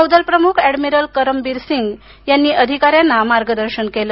नौदलप्रमुख admiral Karambir Singh यांनी अधिकाऱ्यांना मार्गदर्शन केलं